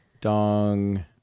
Dong